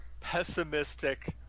pessimistic